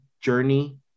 journey